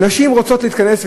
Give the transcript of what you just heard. נשים רוצות להתכנס,